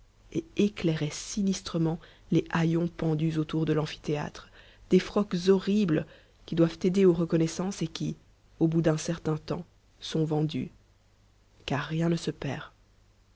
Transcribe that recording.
et éclairait sinistrement les haillons pendus autour de l'amphithéâtre défroques horribles qui doivent aider aux reconnaissances et qui au bout d'un certain temps sont vendues car rien ne se perd